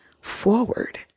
forward